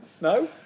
No